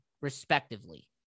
respectively